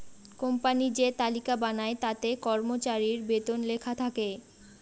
company যে তালিকা বানায় তাতে কর্মচারীর বেতন লেখা থাকে